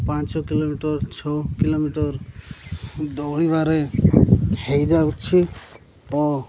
ପାଞ୍ଚ କିଲୋମିଟର ଛଅ କିଲୋମିଟର ଦୌଡ଼ିବାରେ ହେଇଯାଉଛି ଓ